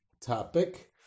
topic